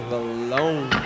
alone